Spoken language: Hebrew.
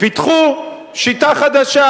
פיתחו שיטה חדשה,